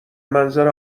منظر